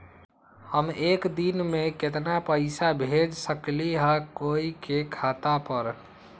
हम एक दिन में केतना पैसा भेज सकली ह कोई के खाता पर?